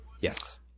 Yes